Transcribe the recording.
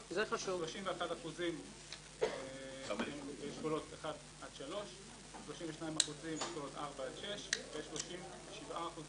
זה שאומר באשכולות 1 עד 3 יש מעל 30%, זה